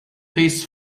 tastes